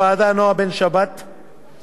שהשקיעה ימים כלילות,